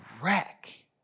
wreck